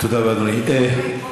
תודה רבה, אדוני.